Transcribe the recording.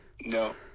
No